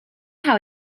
how